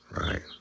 Right